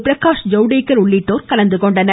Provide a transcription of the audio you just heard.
பிரகாஷ் ஜவ்தேக்கர் உள்ளிட்டோர் கலந்துகொண்டனர்